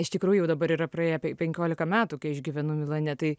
iš tikrųjų jau dabar yra praėję pen penkiolika metų kai aš gyvenu milane tai